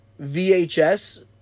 VHS